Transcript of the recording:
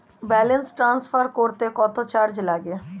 Balance transfer করতে কত charge লাগে?